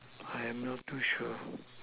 I am not too sure